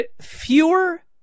fewer